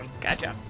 Gotcha